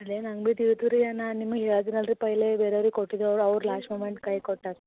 ಬೆಲೆ ನನ್ಗು ತಿಳಿತವೆ ರೀ ಏನು ನಿಮಗೆ ಹೇಳದಿನಿ ಅಲ್ಲ ರಿ ಪೈಲೇ ಬೇರೆ ಅವ್ರಿಗೆ ಕೊಟ್ಟಿದೊಳು ಅವ್ರು ಲಾಸ್ಟ್ ಮೂವ್ಮೆಂಟ್ ಕೈ ಕೊಟ್ಟರು